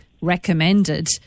recommended